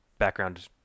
background